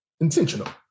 intentional